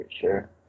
sure